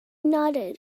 nodded